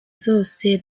zose